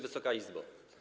Wysoka Izbo!